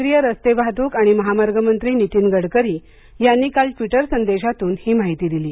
केंद्रीय रस्ते वाहतूक आणि महामार्ग मंत्री नितीन गडकरी यांनी काल ट्विटर संदेशातून हि माहिती दिली आहे